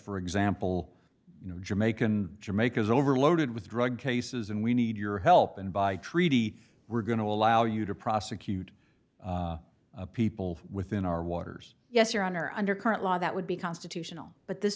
for example you know jamaican jamaica is overloaded with drug cases and we need your help and by treaty we're going to allow you to prosecute people within our waters yes your honor under current law that would be constitutional but this